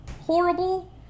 horrible